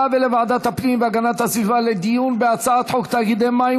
ולוועדת הפנים והגנת הסביבה לדיון בהצעת חוק תאגידי מים